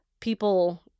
people